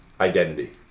identity